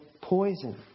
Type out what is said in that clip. poison